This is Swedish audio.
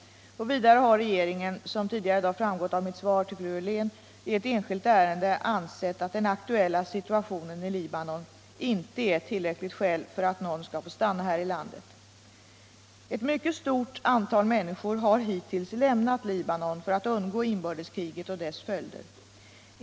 Vidare har regeringen — som tidigare i dag framgått av mitt svar vill fröken Hörlen — i ett enskilt ärende ansett att den aktuella situationen i Libanon inte är ett tillräckligt skäl för att någon skall få stanna här i landet. Ett mycket stort antal människor har hittills lämnat Libanon för att undgå inbördeskriget och dess följder.